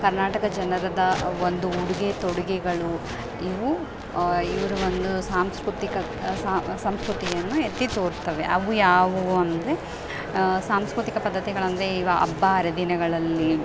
ಕರ್ನಾಟಕ ಜನರದ್ದೆ ಒಂದು ಉಡುಗೆ ತೊಡುಗೆಗಳು ಇವೂ ಇವರು ಬಂದು ಸಾಂಸ್ಕೃತಿಕ ಸಂಸ್ಕೃತಿಯನ್ನು ಎತ್ತಿ ತೋರ್ತವೆ ಅವು ಯಾವುವು ಅಂದರೆ ಸಾಂಸ್ಕೃತಿಕ ಪದ್ದತಿಗಳಂದರೆ ಇವೆ ಹಬ್ಬ ಹರಿದಿನಗಳಲ್ಲಿ